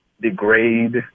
degrade